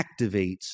activates